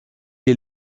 est